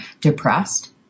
depressed